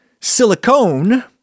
Silicone